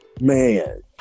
man